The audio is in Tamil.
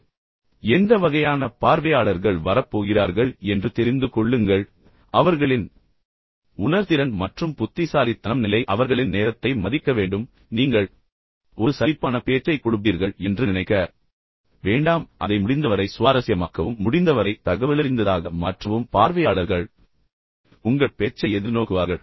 எனவே நீங்கள் தயாராகும் போது கூட எந்த வகையான பார்வையாளர்கள் வரப் போகிறார்கள் என்று தெரிந்து கொள்ளுங்கள் அவர்களின் உணர்திறன் மற்றும் புத்திசாலித்தனம் நிலை அவர்களின் நேரத்தை மதிக்க வேண்டும் நீங்கள் ஒரு சலிப்பான பேச்சைக் கொடுப்பீர்கள் என்று ஒருபோதும் நினைக்க வேண்டாம் அதை முடிந்தவரை சுவாரஸ்யமாக்கவும் முடிந்தவரை தகவலறிந்ததாக மாற்றவும் பார்வையாளர்கள் உங்கள் பேச்சை எதிர்நோக்குவார்கள்